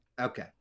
okay